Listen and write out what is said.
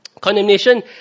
Condemnation